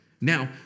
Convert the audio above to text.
Now